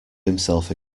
himself